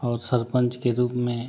और सरपंच के रूप में